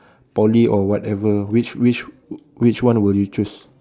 poly or whatever which which which one would you choose